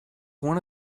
one